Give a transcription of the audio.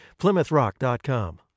PlymouthRock.com